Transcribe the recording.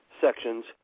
sections